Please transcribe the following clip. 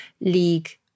league